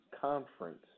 conference